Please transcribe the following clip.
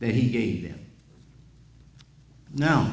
that he gave them no